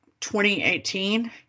2018